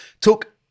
took